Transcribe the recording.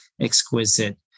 exquisite